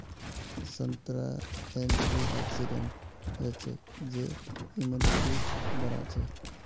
संतरात एंटीऑक्सीडेंट हचछे जे इम्यूनिटीक बढ़ाछे